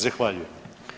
Zahvaljujem.